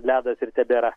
ledas ir tebėra